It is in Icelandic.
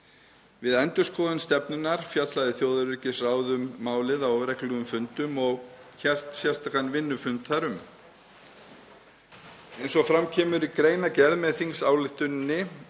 Við endurskoðun stefnunnar fjallaði þjóðaröryggisráð um málið á reglulegum fundum og hélt sérstakan vinnufund þar um. Eins og fram kemur í greinargerð með tillögunni